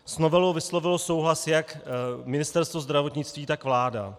S novelou vyslovilo souhlas jak Ministerstvo zdravotnictví, tak vláda.